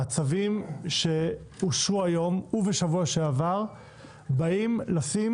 הצווים שאושרו היום ובשבוע שעבר באים לשים